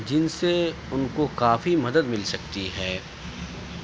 جن سے ان کو کافی مدد مل سکتی ہے